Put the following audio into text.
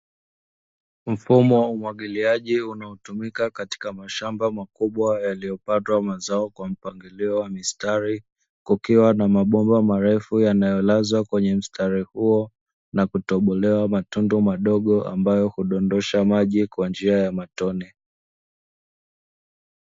Mfumo wa umwagiliaji unaotumika katika mashamba makubwa yaliyopandwa mazao kwa mpangilio wa mistari, kukiwa na mabomba marefu yanayolazwa kwenye mstari huo na kutobolewa matundu madogo ambayo hudondosha maji kwa njia ya matone.